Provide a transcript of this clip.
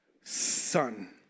son